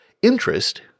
Interest